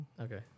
Okay